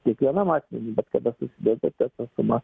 kiekvienam asmeniui bet kada susideda tokia suma